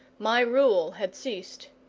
my rule had ceased.